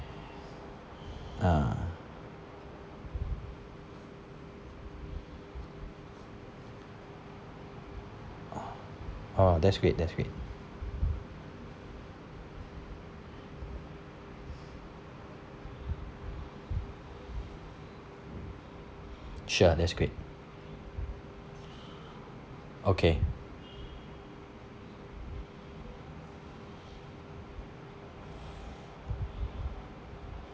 ah oh that's great that's great sure that's great okay